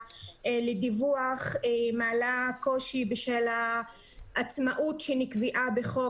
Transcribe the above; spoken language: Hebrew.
לדיווח מעלה קושי בשל העצמאות שנקבעה בחוק.